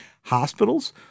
Hospitals